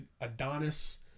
Adonis